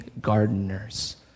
gardeners